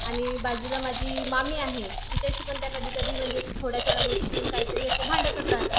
आणि बाजूला माझी मामी आहे तिच्याशी पण त्या कधीकधी म्हणजे थोड्याथोड्या गोष्टीवरून काहीतरी असे भांडतच राहतात